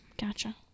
gotcha